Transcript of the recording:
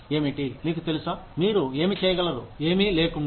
ఏమిటి మీకు తెలుసా మీరు ఏమి చేయగలరు ఏమీ లేకుండా